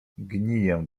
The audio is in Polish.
gniję